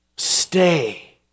Stay